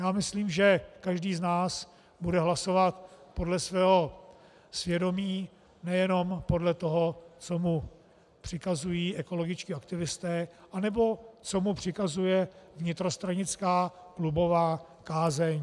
Já myslím, že každý z nás bude hlasovat podle svého svědomí, nejenom podle toho co mu přikazují ekologičtí aktivisté anebo co mu přikazuje vnitrostranická klubová kázeň.